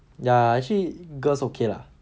ya actually girls okay lah